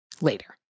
later